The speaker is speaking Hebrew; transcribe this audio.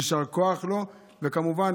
יישר כוח לו, כמובן,